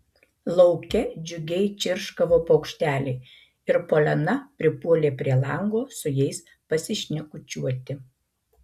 lauke džiugiai čirškavo paukšteliai ir poliana pripuolė prie lango su jais pasišnekučiuoti